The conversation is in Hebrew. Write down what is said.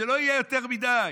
שלא יהיה יותר מדי.